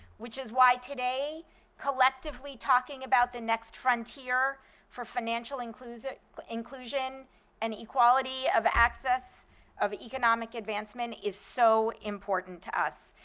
which is why today collectively talking about the next frontier for financial inclusion inclusion and equality of access of economic advancement is so important to us.